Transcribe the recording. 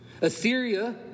Assyria